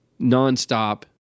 nonstop